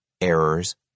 errors